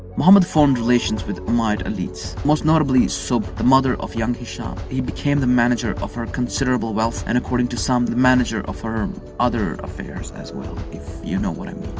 muhammad formed relations with umayyad elites. most notably, subh, the mother of young hisham. he became the manager of her considerable wealth and according to some, the manager of her other affairs as well, if you know what um